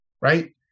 right